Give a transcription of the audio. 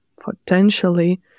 potentially